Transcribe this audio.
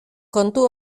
kontu